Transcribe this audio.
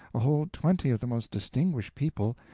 a whole twenty of the most distinguished people,